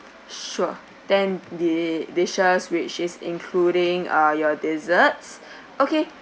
sure then the dishes which is including uh your desserts okay